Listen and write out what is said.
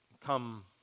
come